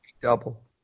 double